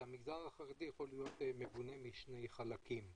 המגזר החרדי יכול להיות מבונה משני חלקים.